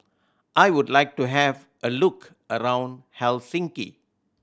I would like to have a look around Helsinki